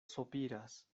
sopiras